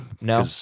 no